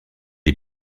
est